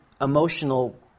emotional